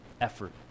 effort